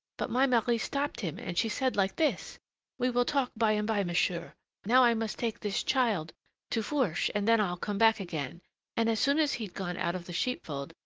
but my marie stopped him, and she said like this we will talk by and by, monsieur now i must take this child to fourche, and then i'll come back again and as soon as he'd gone out of the sheepfold,